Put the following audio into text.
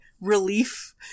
relief